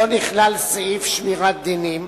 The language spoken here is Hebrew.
לא נכלל סעיף שמירת דינים,